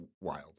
wild